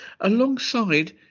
alongside